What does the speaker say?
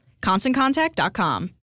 ConstantContact.com